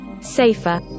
Safer